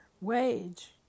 wage